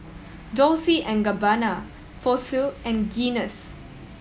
Dolce and Gabbana Fossil and Guinness